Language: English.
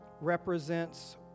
represents